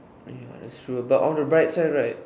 ya not sure but on the bright side right